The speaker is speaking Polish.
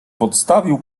podstawił